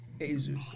Jesus